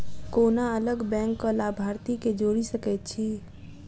कोना अलग बैंकक लाभार्थी केँ जोड़ी सकैत छी?